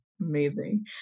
Amazing